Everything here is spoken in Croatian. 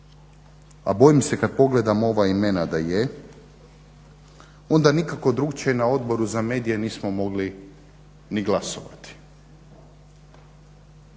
a bojim se kad pogledam ova imena da je, onda nikako drukčije na Odboru za medije nismo mogli ni glasovati.